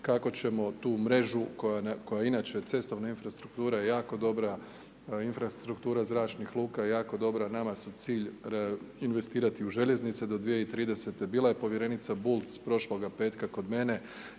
kako ćemo tu mrežu koja je inače cestovna infrastruktura je jako dobra, infrastruktura zračnih luka je jako dobra, nama su cilj investirati u željeznice do 2030.. Bila je povjerenica Bulc prošloga petka kod mene.